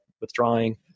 withdrawing